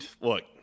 look